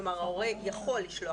כלומר ההורה יכול לשלוח,